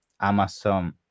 Amazon